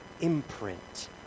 imprint